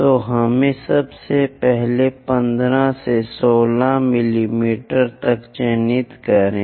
तो हमें सबसे पहले 15 से 16 मिमी तक चिह्नित करें